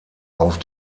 auf